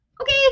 okay